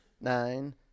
nine